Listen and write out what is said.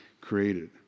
created